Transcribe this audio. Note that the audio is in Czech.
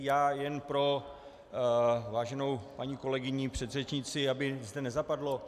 Já jen pro váženou paní kolegyni předřečnici, aby zde nezapadlo.